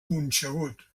punxegut